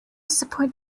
support